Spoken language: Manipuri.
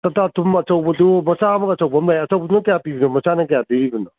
ꯇꯇꯥ ꯊꯨꯝ ꯑꯆꯧꯕꯗꯨ ꯃꯆꯥ ꯑꯃꯒ ꯑꯆꯧꯕ ꯑꯃꯒ ꯂꯩꯌꯦ ꯑꯆꯧꯕꯗꯨꯅ ꯀꯌꯥ ꯄꯤꯕꯅꯣ ꯃꯆꯥꯅ ꯀꯌꯥ ꯄꯤꯔꯤꯕꯅꯣ